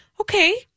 Okay